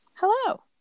Hello